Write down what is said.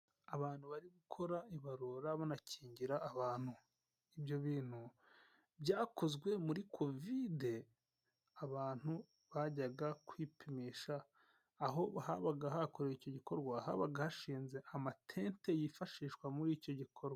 Abantu bari gukora ibarura banakingira abantu, ibyo bintu byakozwe muri Kovide, abantu bajyaga kwipimisha, aho habaga hakorewe icyo gikorwa habaga hashinze amatente yifashishwa muri icyo gikorwa.